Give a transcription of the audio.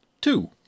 two